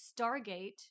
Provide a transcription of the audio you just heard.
Stargate